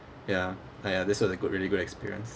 ya ya that's why they're good a really good experience